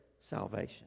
salvation